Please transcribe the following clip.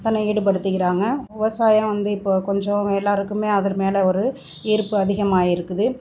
தன்னை ஈடுபடுத்திக்கிறாங்க விவசாயம் வந்து இப்போ கொஞ்சம் எல்லோருக்குமே அது ஒரு ஈர்ப்பு அதிகமாக இருக்குது